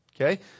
Okay